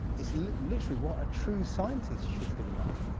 it's literally what a true scientist should be like.